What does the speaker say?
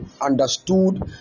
understood